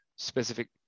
specific